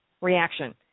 reaction